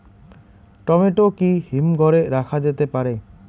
Tomato কি হিমঘর এ রাখা যেতে পারে?